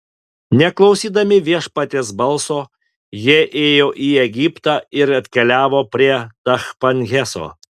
neklausydami viešpaties balso jie ėjo į egiptą ir atkeliavo prie tachpanheso